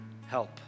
help